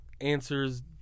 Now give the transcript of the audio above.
answers